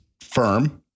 firm